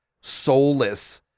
soulless